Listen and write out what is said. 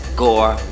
gore